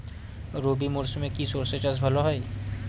রবি মরশুমে কি সর্ষে চাষ ভালো হয়?